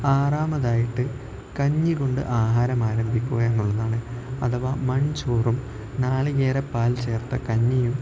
ആറാമതായിട്ട് കഞ്ഞി കൊണ്ട് ആഹാരം ആരംഭിക്കുകയെന്നുള്ളതാണ് അഥവാ മൺചോറും നാളികേരപ്പാലും ചേർത്ത കഞ്ഞിയും